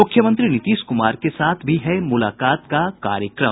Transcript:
मुख्यमंत्री नीतीश कुमार के साथ भी है मुलाकात का कार्यक्रम